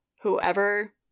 whoever